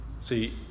See